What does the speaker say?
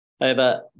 over